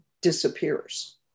disappears